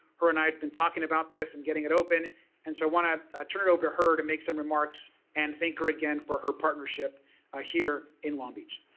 her and i had been talking about this and getting it open and so i want to turn it over to her to make some remarks and thank her again for her partnership ah here in long beach.